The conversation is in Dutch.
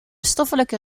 stoffelijke